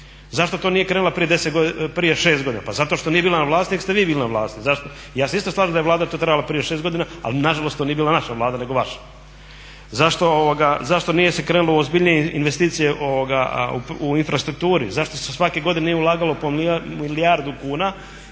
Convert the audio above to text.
Zašto to nije krenula prije 6 godina, pa zato što nije bila na vlasti nego ste vi bili na vlasti. Ja se isto slažem da je Vlada to trebala prije 6 godina, ali nažalost to nije bila naša Vlada nego vaša. Zašto nije se krenulo u ozbiljnije investicije u infrastrukturi, zašto se svake godine nije ulagalo po milijardu kuna